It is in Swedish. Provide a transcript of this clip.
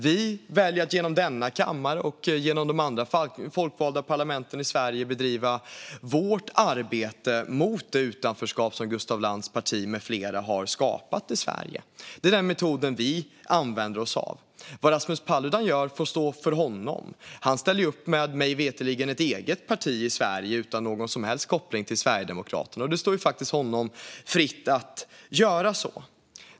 Vi väljer att genom denna kammare och de andra folkvalda församlingarna i Sverige bedriva vårt arbete mot det utanförskap som Gustaf Lantz parti med flera har skapat i Sverige. Det är den metod vi använder oss av. Vad Rasmus Paludan gör får stå för honom. Han ställer mig veterligen upp med ett eget parti i Sverige, utan någon som helst koppling till Sverigedemokraterna. Det står honom fritt att göra så.